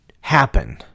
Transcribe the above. happen